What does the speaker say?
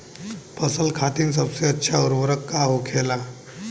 फसल खातीन सबसे अच्छा उर्वरक का होखेला?